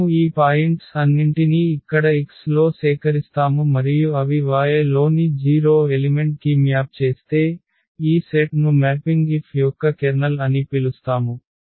మనము ఈ పాయింట్స్ అన్నింటినీ ఇక్కడ X లో సేకరిస్తాము మరియు అవి Y లోని 0 ఎలిమెంట్ కి మ్యాప్ చేస్తే ఈ సెట్ను మ్యాపింగ్ F యొక్క కెర్నల్ అని పిలుస్తాము